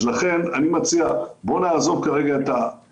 לכן אני מציע, בואו נעזוב את ההתנצחויות.